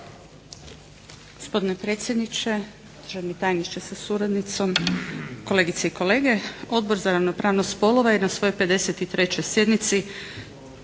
Gospodine predsjedniče, državni tajniče sa suradnicom, kolegice i kolege. Odbor za ravnopravnost spolova je na svojoj 53. sjednici